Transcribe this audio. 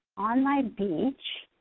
on my beach,